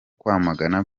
kwamagana